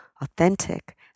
authentic